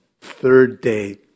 third-day